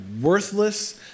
worthless